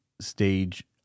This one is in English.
stage